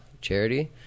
charity